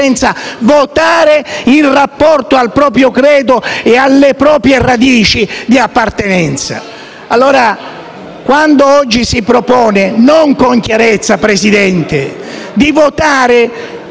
votare in rapporto al proprio credo e alle proprie radici di appartenenza? Quando allora oggi si propone non con chiarezza, signor Presidente, di votare una